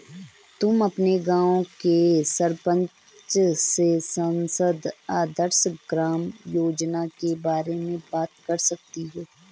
तुम अपने गाँव के सरपंच से सांसद आदर्श ग्राम योजना के बारे में बात कर सकती हो